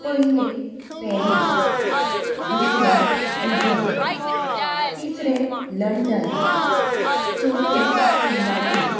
पयलें पेरीस दुसरें दुबय तिसरें लंडन चवथे सिंगापूर